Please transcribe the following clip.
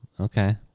Okay